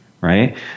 right